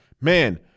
man